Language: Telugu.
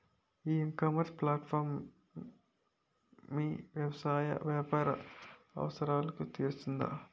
ఈ ఇకామర్స్ ప్లాట్ఫారమ్ మీ వ్యవసాయ వ్యాపార అవసరాలను తీరుస్తుందా?